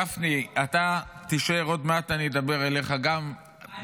גפני, אתה תישאר, עוד מעט אני אדבר גם אליך.